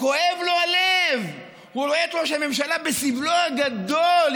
כואב לו הלב: הוא רואה את ראש הממשלה בסבלו הגדול,